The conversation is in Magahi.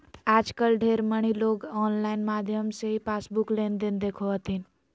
आजकल ढेर मनी लोग आनलाइन माध्यम से ही पासबुक लेनदेन देखो हथिन